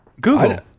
Google